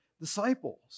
disciples